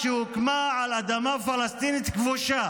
שהוקמה על אדמה פלסטינית כבושה,